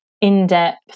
in-depth